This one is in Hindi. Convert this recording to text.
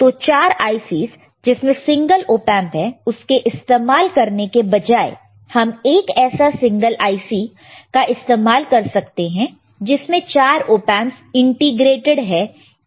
तो 4 IC's जिसमें सिंगल ऑपएंप है उसके इस्तेमाल करने के बजाय हम एक ऐसा सिंगल IC का इस्तेमाल कर सकते हैं जिसमें चार ऑपएंपस इंटीग्रेटेड है एक IC में